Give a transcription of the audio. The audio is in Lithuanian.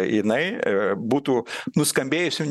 jinai būtų nuskambėjusi